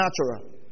natural